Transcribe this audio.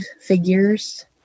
figures